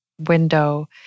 window